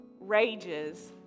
rages